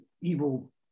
evil